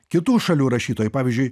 kitų šalių rašytojai pavyzdžiui